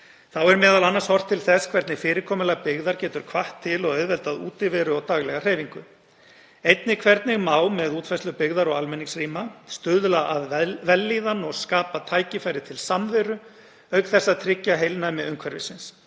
Þá er m.a. horft til þess hvernig fyrirkomulag byggðar getur hvatt til og auðveldað útiveru og daglega hreyfingu. Einnig hvernig má, með útfærslu byggðar og almenningsrýma, stuðla að vellíðan og skapa tækifæri til samveru, auk þess að tryggja heilnæmi umhverfisins.